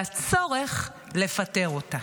והצורך לפטר אותה.